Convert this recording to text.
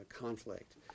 conflict